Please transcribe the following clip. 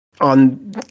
on